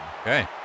Okay